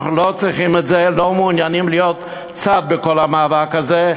אנחנו לא צריכים את זה ולא מעוניינים להיות צד בכל המאבק הזה.